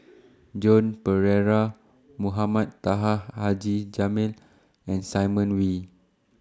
Joan Pereira Mohamed Taha Haji Jamil and Simon Wee